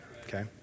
okay